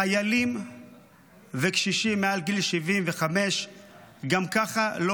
חיילים וקשישים מעל גיל 75 גם ככה לא